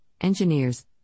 engineers